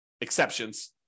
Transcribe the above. exceptions